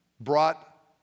brought